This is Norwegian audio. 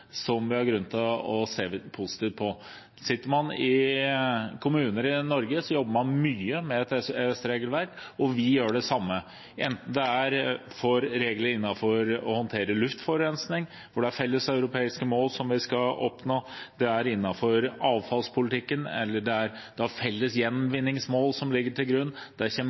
som vi har grunn til å se positivt på. Sitter man ute i kommuner i Norge, jobber man mye med et EØS-regelverk. Vi gjør det samme, enten det er innenfor å håndtere luftforurensning, hvor det er felles europeiske mål som vi skal oppnå, innenfor avfallspolitikken med felles gjenvinningsmål som ligger til grunn, eller innenfor kjemikaliepolitikken, hvor det er et felles regelverk, som